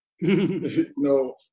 No